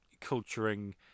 culturing